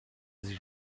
sich